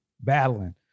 battling